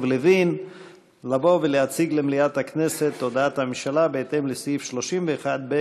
לוין להציג למליאת הכנסת את הודעת הממשלה בהתאם לסעיף 31(ב)